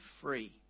free